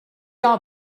are